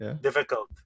difficult